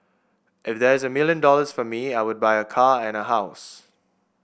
if there's a million dollars for me I would buy a car and a house